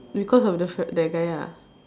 because of the fa~ that guy ah